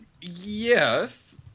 Yes